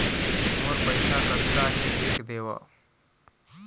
मोर पैसा कतका हे देख देव?